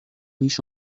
riche